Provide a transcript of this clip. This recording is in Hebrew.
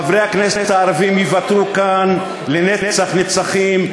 חברי הכנסת הערבים ייוותרו כאן לנצח נצחים,